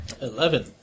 Eleven